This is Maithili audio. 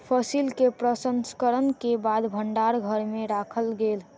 फसिल के प्रसंस्करण के बाद भण्डार घर में राखल गेल